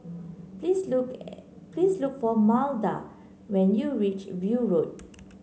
please look please look for Maida when you reach View Road